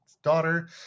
Daughter